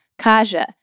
Kaja